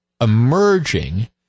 emerging